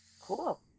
Cool